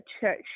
church